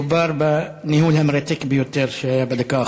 מדובר בניהול המרתק ביותר, מה שהיה בדקה האחרונה.